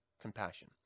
compassion